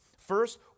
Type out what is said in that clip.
First